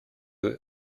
eux